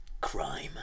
Crime